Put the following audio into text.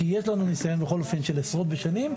כי יש לנו ניסיון בכל אופן של עשרות בשנים,